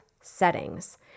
settings